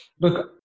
Look